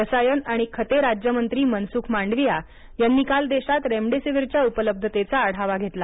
रसायन आणि खते राज्यमंत्री मनसुख मांडविया यांनी काल देशात रेमडेसिवीरच्या उपलब्धतेचा आढावा घेतला